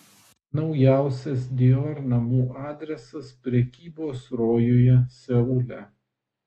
naujausias dior namų adresas prekybos rojuje seule